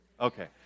Okay